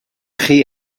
chi